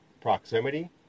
proximity